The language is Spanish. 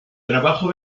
trabajo